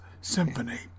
symphony